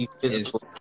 physical